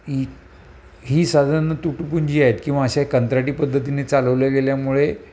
ही ही साधारण तुटुपुंजी आहेत किंवा अशा कंत्राटी पद्धतीने चालवल्या गेल्यामुळे